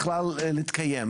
בכלל להתקיים.